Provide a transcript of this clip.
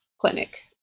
clinic